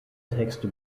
texte